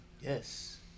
Yes